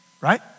Right